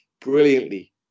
brilliantly